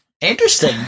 interesting